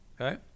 Okay